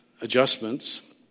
adjustments